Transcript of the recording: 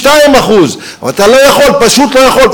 ב-72%, אבל אתה לא יכול, פשוט לא יכול.